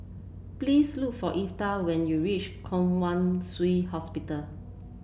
please look for Evertt when you reach Kwong Wai Shiu Hospital